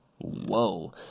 Whoa